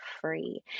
free